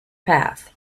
path